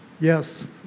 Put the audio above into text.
Yes